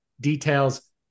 details